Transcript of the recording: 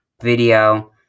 video